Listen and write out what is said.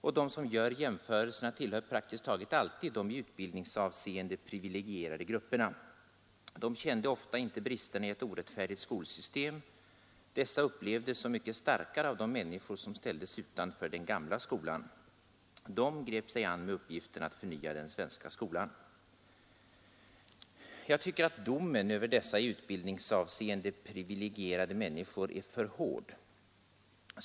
Och de som gör jämförelserna tillhör praktiskt taget alltid de i utbildningsavseende privilegierade grupperna. De kände ofta inte bristerna i ett orättfärdigt skolsystem. Dessa upplevdes så mycket starkare av de människor som ställdes utanför den gamla skolan. De grep sig an med uppgiften att förnya den svenska skolan.” Jag tycker att domen över dessa i utbildningsavseende privilegierade människor är för hård.